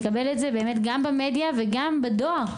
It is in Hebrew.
לקבל את זה גם במדיה וגם בדואר.